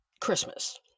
Christmas